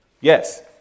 Yes